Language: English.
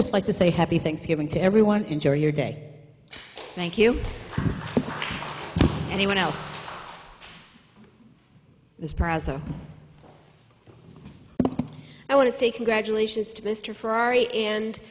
just like to say happy thanksgiving to everyone enjoy your day thank you for anyone else this process i want to say congratulations to mr ferrari and